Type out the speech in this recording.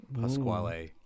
Pasquale